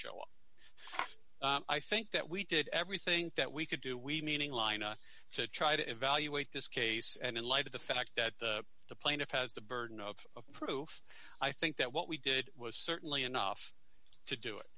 show up i think that we did everything that we could do we meaning line us to try to evaluate this case and in light of the fact that the plaintiff has the burden of proof i think that what we did was certainly enough to do it